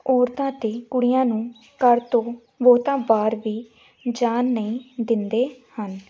ਔਰਤਾਂ ਅਤੇ ਕੁੜੀਆਂ ਨੂੰ ਘਰ ਤੋਂ ਬਹੁਤਾ ਬਾਹਰ ਵੀ ਜਾਣ ਨਹੀਂ ਦਿੰਦੇ ਹਨ